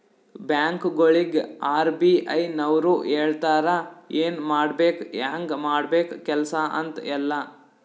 ಬ್ಯಾಂಕ್ಗೊಳಿಗ್ ಆರ್.ಬಿ.ಐ ನವ್ರು ಹೇಳ್ತಾರ ಎನ್ ಮಾಡ್ಬೇಕು ಹ್ಯಾಂಗ್ ಮಾಡ್ಬೇಕು ಕೆಲ್ಸಾ ಅಂತ್ ಎಲ್ಲಾ